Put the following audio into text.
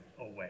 away